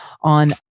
on